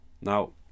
Now